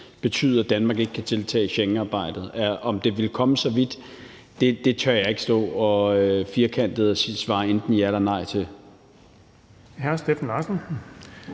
betyde, at Danmark ikke kan deltage i Schengensamarbejdet. Om det ville komme så vidt, tør jeg ikke stå firkantet og svare enten ja eller nej til.